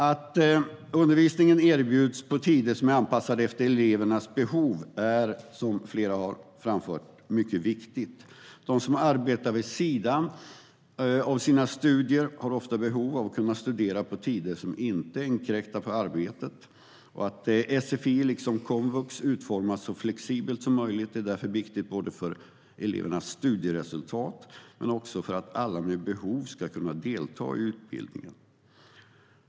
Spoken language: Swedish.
Att undervisningen erbjuds på tider som är anpassade efter elevernas behov är också viktigt, vilket flera har framfört här. De som arbetar vid sidan av sina studier har ofta behov av att kunna studera på tider som inte inkräktar på arbetet. Att sfi, liksom komvux, utformas så flexibelt som möjligt är därför viktigt både för elevernas studieresultat och för att alla med behov ska kunna delta i utbildningen.